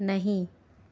नहीं